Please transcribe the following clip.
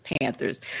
Panthers